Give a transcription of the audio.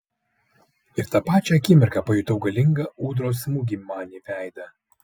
ir tą pačią akimirką pajutau galingą ūdros smūgį man į veidą